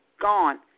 gone